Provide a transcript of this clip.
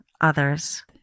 others